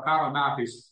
karo metais